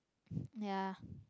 ya